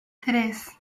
tres